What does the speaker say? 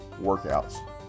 workouts